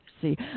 see